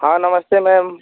हाँ नमस्ते मैम